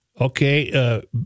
Okay